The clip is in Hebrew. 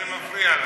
זה מפריע לנו.